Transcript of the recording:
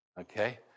Okay